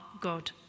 God